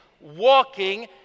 walking